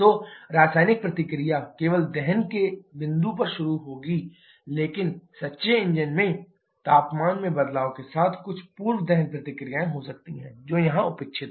तो रासायनिक प्रतिक्रिया केवल दहन के बिंदु पर शुरू होगी लेकिन सच्चे इंजन में तापमान में बदलाव के साथ कुछ पूर्व दहन प्रतिक्रियाएं हो सकती हैं जो यहां उपेक्षित हैं